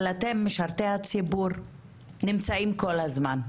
אבל אתם משרתי הציבור נמצאים כל הזמן.